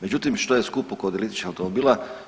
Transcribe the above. Međutim, što je skupo kod električnih automobila?